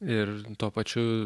ir tuo pačiu